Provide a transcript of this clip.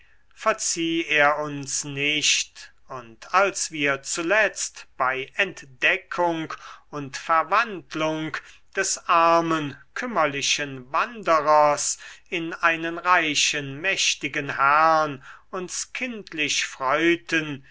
verzieh er uns nicht und als wir zuletzt bei entdeckung und verwandlung des armen kümmerlichen wanderers in einen reichen mächtigen herrn uns kindlich freuten